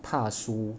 怕输